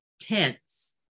tense